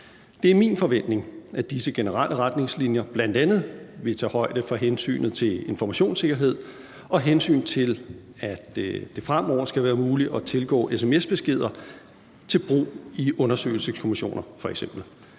Det er min forventning, at disse generelle retningslinjer bl.a. vil tage højde for hensynet til informationssikkerhed og et hensyn til, at det fremover skal være muligt at tilgå sms-beskeder til brug i f.eks. undersøgelseskommissioner.